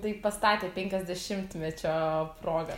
tai pastatė penkiasdešimtmečio proga